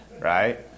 right